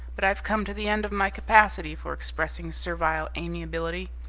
but i've come to the end of my capacity for expressing servile amiability.